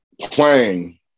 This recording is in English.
playing